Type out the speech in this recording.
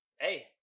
Hey